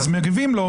אז מגיבים לו,